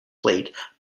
plate